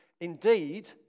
indeed